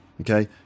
Okay